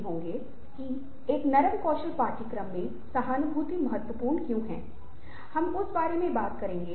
और संपूर्ण इंटरैक्शन प्रक्रिया एक ऐसी चीज है जिसे हम बातचीत करते समय ध्यान मे रखेंगे